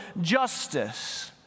justice